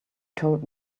told